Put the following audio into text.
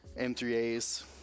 M3As